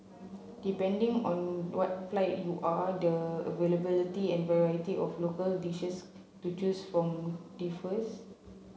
depending on what flight you are the availability and variety of local dishes to choose from differs